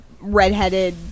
redheaded